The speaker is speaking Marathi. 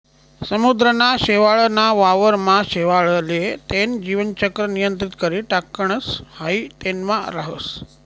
समुद्रना शेवाळ ना वावर मा शेवाळ ले तेन जीवन चक्र नियंत्रित करी टाकणस हाई तेनमा राहस